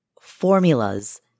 formulas